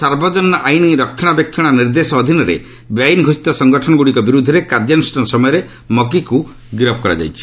ସାର୍ବଜନୀନ ଆଇନ୍ ରକ୍ଷଣାବେକ୍ଷଣା ନିର୍ଦ୍ଦେଶ ଅଧୀନରେ ବେଆଇନ୍ ଘୋଷିତ ସଂଗଠନଗୁଡ଼ିକ ବିରୁଦ୍ଧରେ କାର୍ଯ୍ୟାନୁଷ୍ଠାନ ସମୟରେ ମକ୍ତିକ୍ ଗିରଫ୍ କରାଯାଇଛି